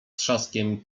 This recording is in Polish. trzaskiem